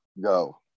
go